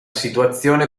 situazione